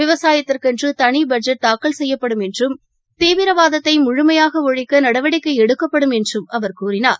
விவசாயத்திற்கென்றுதனிபட்ஜெட் தாக்கல் செய்யப்படும் என்றம் தீவிரவாதத்தைமுழமையாகஒழிக்கநடவடிக்கைஎடுக்கப்படும் என்றும் அவர் கூறினார்